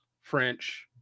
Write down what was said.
French